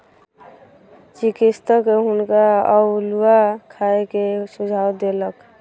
चिकित्सक हुनका अउलुआ खाय के सुझाव देलक